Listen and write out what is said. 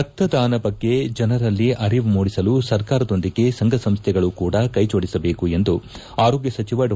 ರಕ್ತದಾನ ಬಗ್ಗೆ ಜನರಲ್ಲಿ ಅರಿವು ಮೂಡಿಸಲು ಸರ್ಕಾರದೊಂದಿಗೆ ಸಂಘ ಸಂಸ್ಥೆಗಳು ಕೂಡಾ ಕೈ ಜೋಡಿಸಬೇಕು ಎಂದು ಆರೋಗ್ಕ ಸಚವ ಡಾ